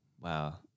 Wow